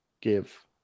give